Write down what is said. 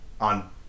on